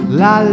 la